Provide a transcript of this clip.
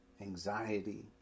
anxiety